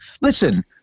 Listen